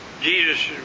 Jesus